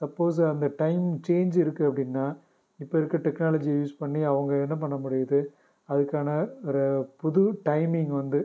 suppose அந்த time change இருக்குது அப்படின்னா இப்போ இருக்கற டெக்னாலஜியை யூஸ் பண்ணி அவங்க என்ன பண்ண முடியுது அதுக்கான ஒரு புது டைமிங் வந்து